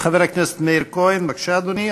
חבר הכנסת מאיר כהן, בבקשה, אדוני.